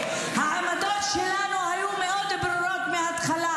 שבאה לשרת את המשך כהונתו בממשלה.